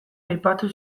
aipatu